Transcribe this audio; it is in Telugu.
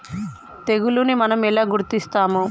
తెగులుని మనం ఎలా గుర్తిస్తాము?